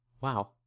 wow